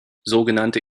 sogenannte